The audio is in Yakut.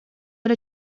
эрэ